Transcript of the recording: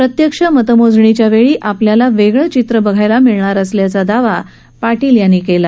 प्रत्यक्ष मतमोजणीच्या वेळेस आपणास वेगळे चित्र बघायला मिळणार असल्याचा दावा जयंत पाटील यांनी केला